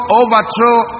overthrow